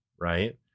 right